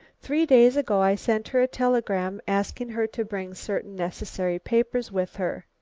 three days ago i sent her a telegram asking her to bring certain necessary papers with her.